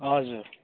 हजुर